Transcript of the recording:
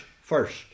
first